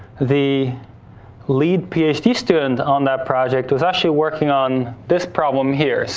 the lead phd student on that project was actually working on this problem here.